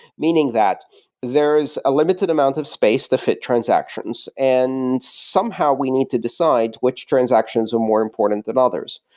meaning that there is a limited amount of space to fit transactions and somehow we need to decide which transactions are more important than others.